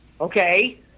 Okay